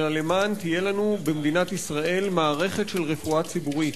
אלא למען תהיה לנו במדינת ישראל מערכת של רפואה ציבורית.